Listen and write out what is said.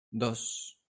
dos